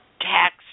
tax